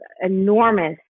enormous